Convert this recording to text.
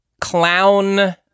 clown